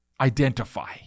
identify